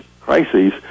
crises